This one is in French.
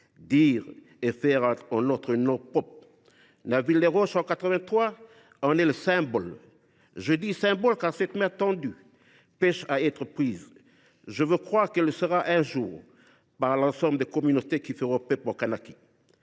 dire et de faire en notre nom propre ! Nainville les Roches en 1983 en est le symbole. Je dis « symbole », car cette main tendue pèche à être prise. Je veux croire qu’elle le sera un jour par l’ensemble des communautés qui feront peuple en Kanaky.